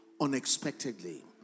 unexpectedly